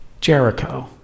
Jericho